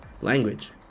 language